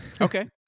Okay